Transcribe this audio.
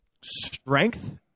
strength